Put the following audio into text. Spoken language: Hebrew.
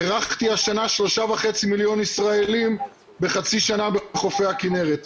אירחתי השנה 3.5 מיליון ישראלים בחצי שנה בחופי הכנרת.